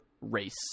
race